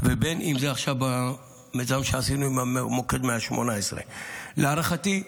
ואם זה במיזם שעשינו עם מוקד 118. להערכתי,